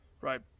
right